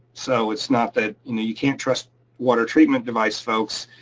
so it's not that you can't trust water treatment device folks.